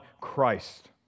christ